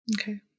Okay